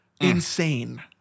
Insane